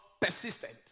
persistent